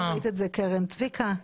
צביקה,